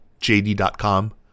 JD.com